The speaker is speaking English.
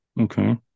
okay